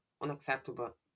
unacceptable